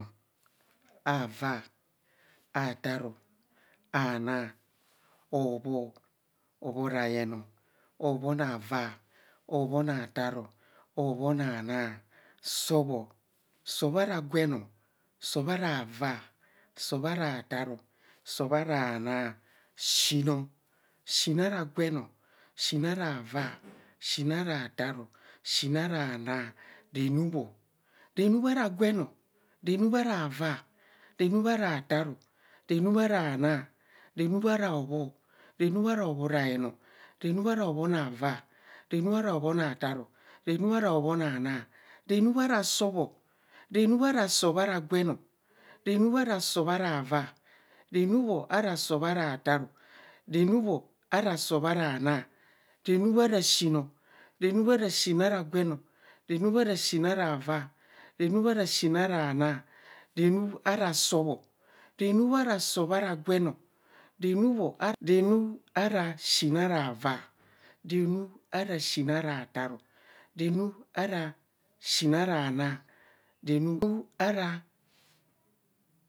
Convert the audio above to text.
Avaa, atasro. anaa hobho. hobho rayon, hobho na vaa. hobho na taaro, hobho nanas, sạb sọb aragwen sọb ara vaa, sọb arataaro. sọb ara nas, diin ọ. simara gwen siin ara vaa, siin ara taaro. siin ara naa. renub ọ renub ara gwen, renub ara naa. renub ara obho. renub ara hobho rounen, renub ara hobho navaa. ne nub ara hobho nataa. renub ara bhona naa. renu bara sọb ọ renubara sob ara gwen, ren bara sub ara vaa. renub ara sub ara tas. renub ara sọb ara naa. renub arasiin. renub ara siin ara vaa. renub ara siin ara tas. renu ara siin ara naa. ranu rs vaa.